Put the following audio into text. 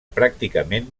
pràcticament